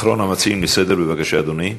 אחרון המציעים, בבקשה, אדוני,